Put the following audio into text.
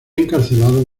encarcelado